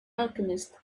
alchemist